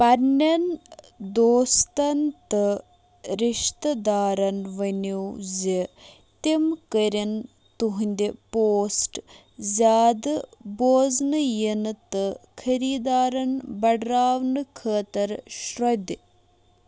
پنٕنٮ۪ن دوستن تہٕ رِشتہٕ دارن ؤنِو زِ تم کٔرٕنۍ تُہٕنٛدِ پوسٹ زیادٕ بوزنہٕ ینہٕ تہٕ خریٖدارَن بٔڈراونہٕ خٲطرٕ شرٛۅدِ